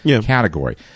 category